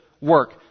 work